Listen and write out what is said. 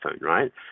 right